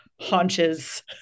haunches